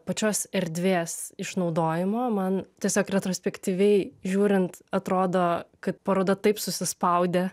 pačios erdvės išnaudojimo man tiesiog retrospektyviai žiūrint atrodo kad paroda taip susispaudė